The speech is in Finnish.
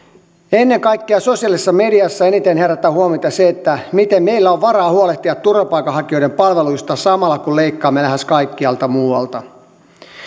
ennen kaikkea sosiaalisessa mediassa eniten herättää huomiota se miten meillä on varaa huolehtia turvapaikanhakijoiden palveluista samalla kun leikkaamme lähes kaikkialta muualta